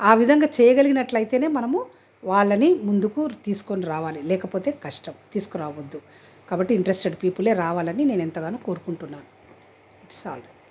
ఆ విధంగా చేయగలిగినట్లయితేనే మనము వాళ్ళని ముందుకు తీసుకొని రావాలి లేకపోతే కష్టం తీసుకు రావద్దు కాబట్టి ఇంట్రెస్టెడ్ పీపులే రావాలని నేను ఎంతగానో కోరుకుంటున్నాను సల్యూట్